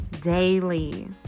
daily